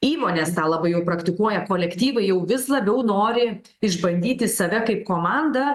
įmonės tą labai jau praktikuoja kolektyvai jau vis labiau nori išbandyti save kaip komandą